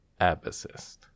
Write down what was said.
Abacist